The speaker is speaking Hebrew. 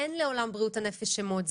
אין לעולם בריאות הנפש שמות,